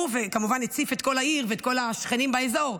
כמובן הציף את כל העיר ואת כל השכנים באזור,